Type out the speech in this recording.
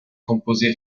composé